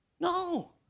No